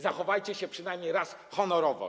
Zachowajcie się przynajmniej raz honorowo.